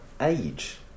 Age